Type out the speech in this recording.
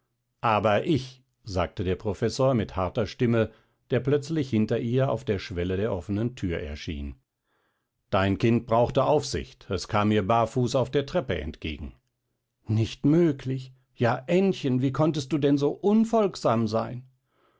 aber ich sagte der professor mit harter stimme der plötzlich hinter ihr auf der schwelle der offenen thür erschien dein kind brauchte aufsicht es kam mir barfuß auf der treppe entgegen nicht möglich ja aennchen wie konntest du denn so unfolgsam sein